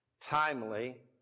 timely